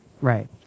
Right